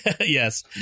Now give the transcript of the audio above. Yes